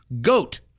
goat